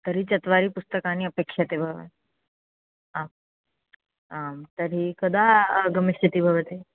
तर्हि चत्वारिपुस्तकानि अपेक्षते भवन् आम् आं तर्हि कदा आगमिष्यति भवती